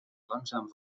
langzaam